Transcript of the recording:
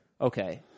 Okay